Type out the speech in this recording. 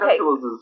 okay